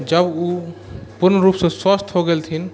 जब ओ पूर्ण रूप से स्वस्थ हो गेलथिन